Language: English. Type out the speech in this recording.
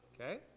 Okay